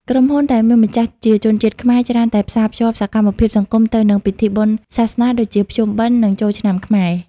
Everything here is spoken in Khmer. ក្រុមហ៊ុនដែលមានម្ចាស់ជាជនជាតិខ្មែរ ច្រើនតែផ្សារភ្ជាប់សកម្មភាពសង្គមទៅនឹង ពិធីបុណ្យសាសនា ដូចជាភ្ជុំបិណ្ឌ និងចូលឆ្នាំខ្មែរ។